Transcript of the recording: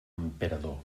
emperador